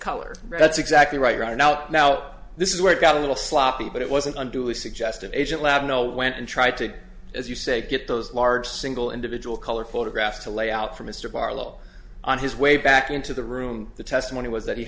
color that's exactly right right now now this is where it got a little sloppy but it wasn't unduly suggested agent lab no went and tried to as you said get those large single individual color photographs to lay out for mr barlow on his way back into the room the testimony was that he